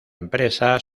empresa